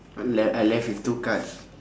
I'm left I left with two card